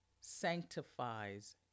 sanctifies